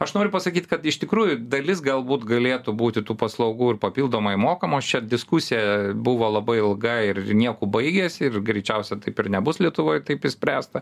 aš noriu pasakyt kad iš tikrųjų dalis galbūt galėtų būti tų paslaugų ir papildomai mokamos čia diskusija buvo labai ilga ir nieku baigės ir greičiausia taip ir nebus lietuvoj taip išspręsta